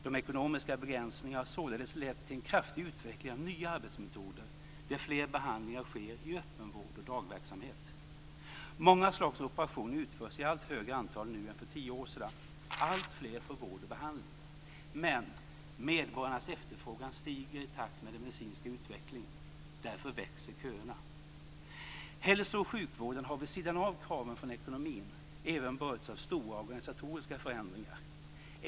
De ekonomiska begränsningarna har således lett till en kraftig utveckling av nya arbetsmetoder, där fler behandlingar sker i öppenvård och dagverksamhet. Många slags operationer utförs i allt större antal nu än för tio år sedan. Alltfler får vård och behandling. Men medborgarnas efterfrågan stiger i takt med den medicinska utvecklingen. Därför växer köerna. Hälso och sjukvården har vid sidan av kraven från ekonomin även berörts av stora organisatoriska förändringar.